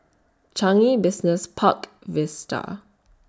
Changi Business Park Vista